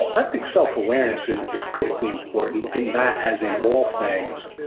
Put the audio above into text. i think self-awareness is is critically important, in that as in all things.